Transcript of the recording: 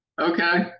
Okay